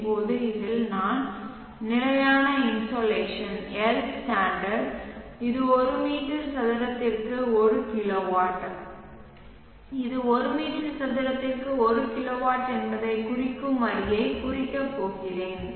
இப்போது இதில் நான் நிலையான இன்சோலேஷன் L ஸ்டாண்டர்டு இது ஒரு மீட்டர் சதுரத்திற்கு 1 கிலோவாட் இது ஒரு மீட்டர் சதுரத்திற்கு 1 கிலோவாட் என்பதைக் குறிக்கும் வரியைக் குறிக்கப் போகிறேன்